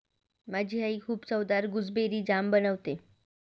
माझी आई खूप चवदार गुसबेरी जाम बनवते